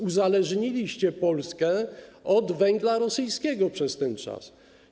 Uzależniliście Polskę od węgla rosyjskiego przez ten czas.